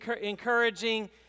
encouraging